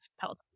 peloton